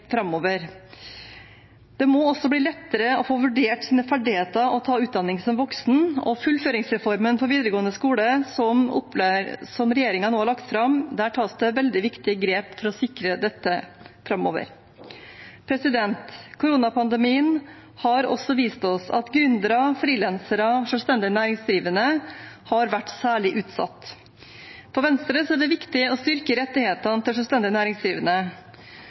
framover. Det må også bli lettere å få vurdert sine ferdigheter og ta utdanning som voksen, og i fullføringsreformen for videregående skole, som regjeringen nå har lagt fram, tas det veldig viktige grep for å sikre dette framover. Koronapandemien har også vist oss at gründere, frilansere og selvstendig næringsdrivende har vært særlig utsatt. For Venstre er det viktig å styrke rettighetene til selvstendig næringsdrivende.